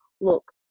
look